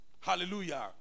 Hallelujah